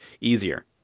easier